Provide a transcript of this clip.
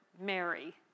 Mary